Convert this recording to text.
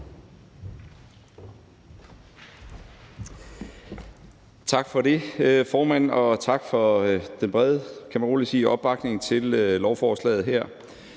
Tak for det, formand, og tak for den brede, kan man roligt sige, opbakning til lovforslaget her.